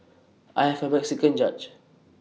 I have A Mexican judge